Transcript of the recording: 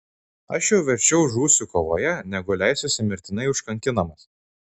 aš jau verčiau žūsiu kovoje negu leisiuosi mirtinai užkankinamas